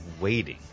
waiting